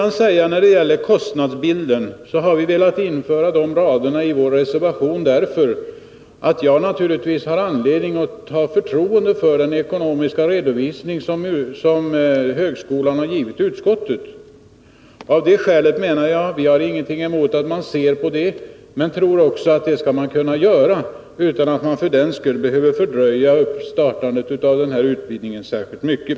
När det gäller kostnadsbilden har vi velat införa de här raderna i vår reservation, därför att det finns anledning att ha förtroende för den ekonomiska redovisning som högskolan har givit utskottet. Vi har ingenting emot att man ser på den saken, men det skall man kunna göra utan att för den skull fördröja startandet av den här utbildningen särskilt mycket.